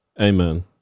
Amen